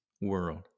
world